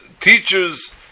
teacher's